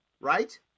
right